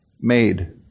made